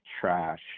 Trash